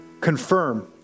confirm